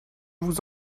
vous